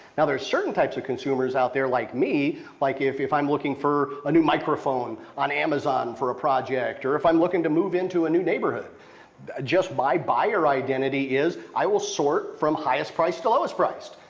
now, there are certain types of consumers out there like me, like if if i'm looking for a new microphone on amazon for a project, or if i'm looking to move into a new neighborhood just my buyer identity is i will sort from highest price to lowest price.